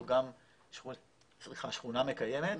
זו גם שכונה מקיימת.